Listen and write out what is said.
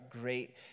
great